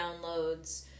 downloads